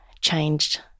changed